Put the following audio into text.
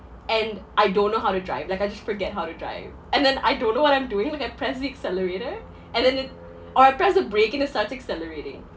and I don't know how to drive like I just forget how to drive and then I don't know what I'm doing like I press the accelerator and then it or I press the break and it starts accelerating